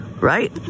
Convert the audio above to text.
right